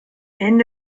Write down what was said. end